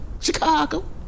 Chicago